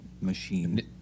machine